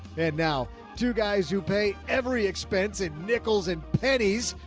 and now two guys who pay every expense in nickels and pennies,